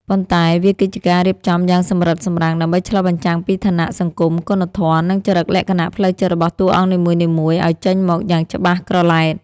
ប៉ុន្តែវាគឺជាការរៀបចំយ៉ាងសម្រិតសម្រាំង ដើម្បីឆ្លុះបញ្ចាំងពីឋានៈ សង្គម គុណធម៌ និងចរិតលក្ខណៈផ្លូវចិត្តរបស់តួអង្គនីមួយៗឱ្យចេញមកយ៉ាងច្បាស់ក្រឡែត។